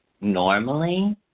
Normally